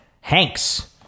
Hanks